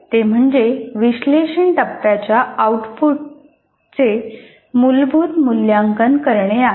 ते म्हणजे विश्लेषण टप्प्याच्या आउटपुटचे मूलभूत मूल्यांकन करणे आहे